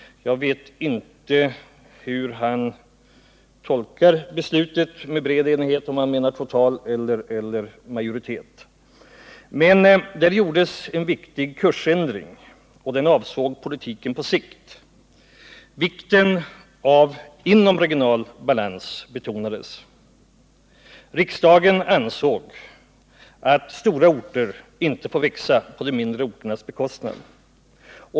Jag vet inte vad han menar med begreppet bred enighet, dvs. om han avser total enighet eller majoritet. Beslutet innebar emellertid en viktig kursändring som avsåg politiken på sikt. Vikten av inomregional balans betonades. Riksdagen ansåg att stora orter inte får växa på de mindre orternas bekostnad.